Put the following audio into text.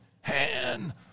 Han